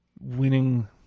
winning